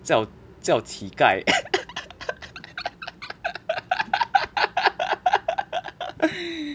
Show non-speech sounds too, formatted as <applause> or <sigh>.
叫叫乞丐 <laughs>